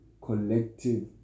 collective